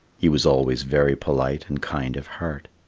he was always very polite and kind of heart.